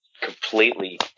completely